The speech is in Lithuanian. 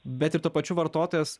bet ir tuo pačiu vartotojas